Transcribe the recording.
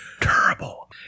Terrible